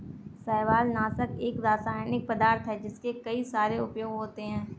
शैवालनाशक एक रासायनिक पदार्थ है जिसके कई सारे उपयोग होते हैं